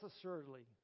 assuredly